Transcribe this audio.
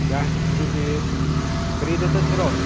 ꯌꯥꯏ ꯑꯗꯨꯗꯤ ꯀꯔꯤꯗ ꯆꯠꯁꯤꯔꯣ